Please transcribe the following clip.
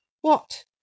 What